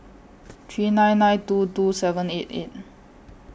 three nine nine two two seven eight eight